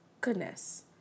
Goodness